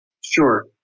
Sure